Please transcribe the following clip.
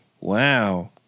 Wow